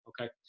Okay